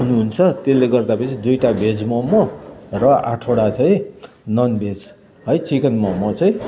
हुनु हुन्छ त्यसले गर्दा फेरि दुइवटा भेज मम र आठवटा चाहिँ नन भेज है चिकन मम चाहिँ